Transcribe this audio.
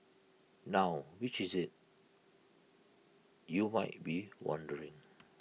now which is IT you might be wondering